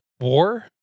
war